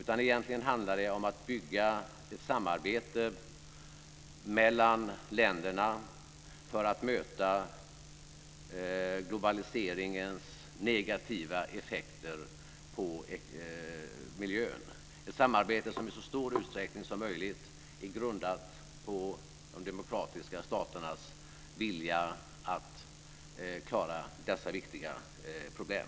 I stället handlar det om att bygga ett samarbete mellan länderna för att möta globaliseringens negativa effekter på miljön - ett samarbete som i så stor utsträckning som möjligt är grundat på de demokratiska staternas vilja att klara dessa viktiga problem.